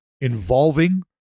involving